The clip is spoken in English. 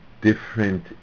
different